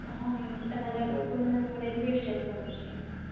हँ मुझफ्फरपुरमे हम रेलवे स्टेशन लग छी